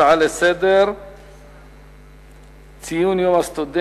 הצעה לסדר-היום מס' 3090 בנושא: ציון יום הסטודנט,